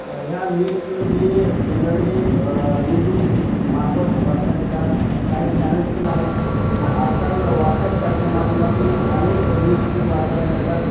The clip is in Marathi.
ह्या न्यूज फीड मी जनरली यूट्यूबमार्फत वाचण्यात येतात काही चॅनल्सपण आहेत आजकाल व्हॉट्सअपसारख्या माध्यमातून अनेक न्यूज फीड वाचायला मिळतात